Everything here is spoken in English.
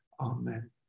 amen